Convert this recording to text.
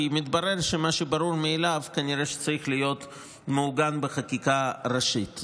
כי מתברר שמה שברור מאליו כנראה צריך להיות מעוגן בחקיקה ראשית.